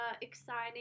exciting